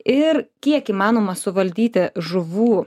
ir kiek įmanoma suvaldyti žuvų